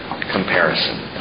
comparison